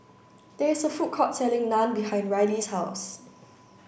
there is a food court selling Naan behind Ryley's house